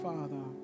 Father